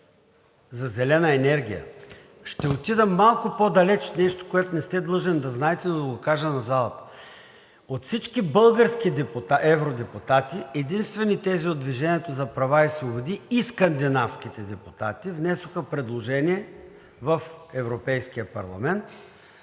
за зелена енергия. Ще отида малко по-далеч – нещо, което не сте длъжен да знаете, но да го кажа на залата. От всички български евродепутати единствени тези от „Движение за права и свободи“ и скандинавските депутати внесоха предложение в Европейския парламент